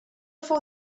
fou